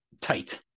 tight